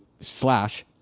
slash